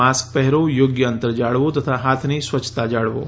mask પહેરો યોગ્ય અંતર જાળવો તથા હાથની સ્વચ્છતા જાળવો